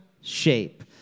shape